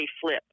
flip